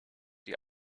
die